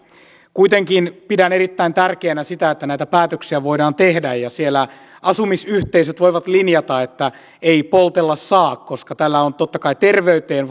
kuitenkin pidän erittäin tärkeänä sitä että näitä päätöksiä voidaan tehdä ja siellä asumisyhteisöt voivat linjata että ei poltella saa koska tällä on totta kai terveyteen